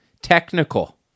Technical